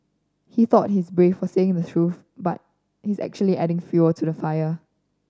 he thought he's brave for saying the truth but he's actually adding fuel to the fire